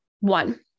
one